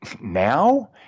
now